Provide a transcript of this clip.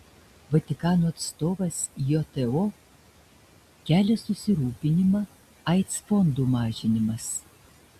vatikano atstovas jto kelia susirūpinimą aids fondų mažinimas